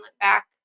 back